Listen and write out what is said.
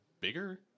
bigger